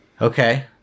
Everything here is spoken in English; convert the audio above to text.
Okay